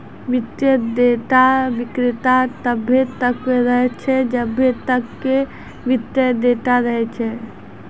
वित्तीय डेटा विक्रेता तब्बे तक रहै छै जब्बे तक कि वित्तीय डेटा रहै छै